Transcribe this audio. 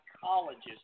psychologist